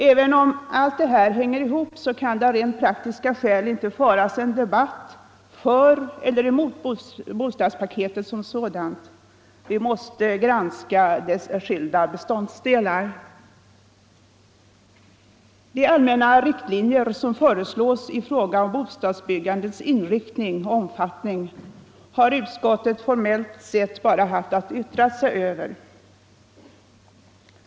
Även om allt det hänger ihop kan det av rent praktiska skäl inte föras en debatt för eller emot bostadspaketet som sådant. Vi måste granska dess skilda beståndsdelar. De allmänna riktlinjer som föreslås i fråga om bostadsbyggandets inriktning och omfattning har utskottet formellt sett bara haft att yttra sig över.